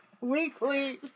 weekly